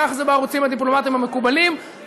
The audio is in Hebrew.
כך זה בערוצים הדיפלומטיים המקובלים,